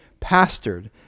pastored